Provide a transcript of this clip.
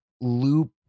loop